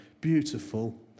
beautiful